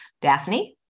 Daphne